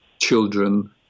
children